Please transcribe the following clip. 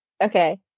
okay